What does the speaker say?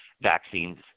vaccines